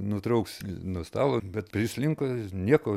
nutrauks nuo stalo bet prislinko nieko